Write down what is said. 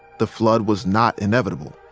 the flood was not inevitable.